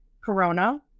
Corona